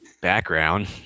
background